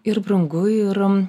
ir brangu ir